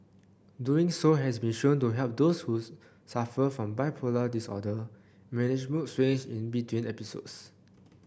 doing so has been shown to help those whose suffer from bipolar disorder manage mood swings in between episodes